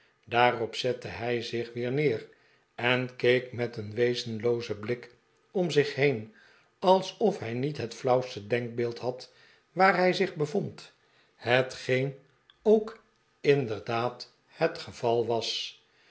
daarop zette hij zich weer neer en keek met een wezenloozen blik om zich heen alsof hij met het flauwste denkbeeld had waar hij zich bevond hetgeen ook inderdaad het geval was